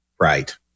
Right